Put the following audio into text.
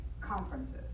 conferences